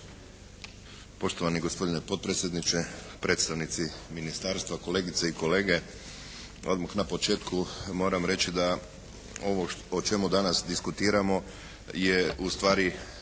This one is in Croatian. Poštovani gospodine potpredsjedniče, predstavnici ministarstva, kolegice i kolege. Odmah na početku moram reći da ovo o čemu danas diskutiramo je ustvari